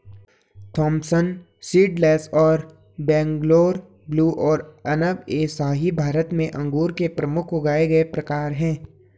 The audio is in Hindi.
थॉमसन सीडलेस और बैंगलोर ब्लू और अनब ए शाही भारत में अंगूर के प्रमुख उगाए गए प्रकार हैं